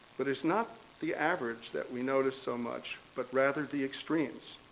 but it's not the average that we notice so much but rather the extremes.